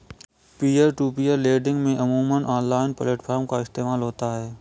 peer to peer lending में अमूमन online platform का इस्तेमाल होता है